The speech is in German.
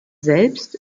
selbst